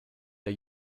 der